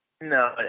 No